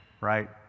right